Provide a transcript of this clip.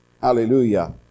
Hallelujah